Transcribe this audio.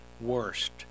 worst